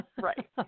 Right